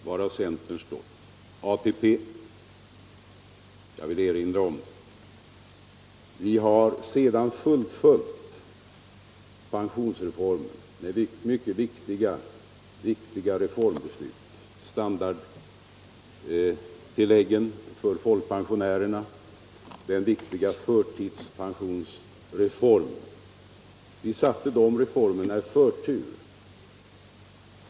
Var har centern stått? Jag vill erinra om ATP-reformen. Vi har sedan fullföljt pensionsreformen med mycket viktiga reformbeslut — standardtilläggen för folkpensionärerna, den viktiga förtidspensionsreformen. Vi gav de reformerna förtur.